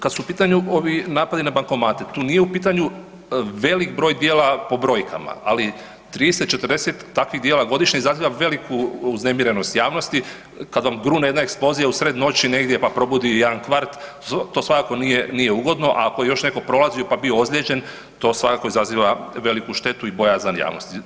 Kad su u pitanju ovi napadi na bankomate, tu nije u pitanju velik broj djela po brojkama ali 30, 40 takvih djela godišnje, izaziva veliku uznemirenost javnosti, kad vam grune jedna eksplozija usred noći negdje pa probudi jedna kvart, to svakako nije ugodno a ako je još netko prolazio pa bio ozlijeđen, to svakako izaziva veliku štetu i bojazan javnosti.